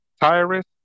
Tyrus